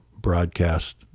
broadcast